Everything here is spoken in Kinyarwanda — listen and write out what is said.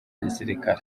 gisirikare